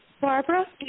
Barbara